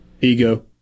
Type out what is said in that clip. Ego